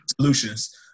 solutions